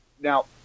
now –